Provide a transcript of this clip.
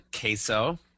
queso